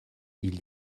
ils